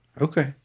okay